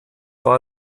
war